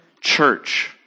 church